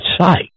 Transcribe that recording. sight